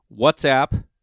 WhatsApp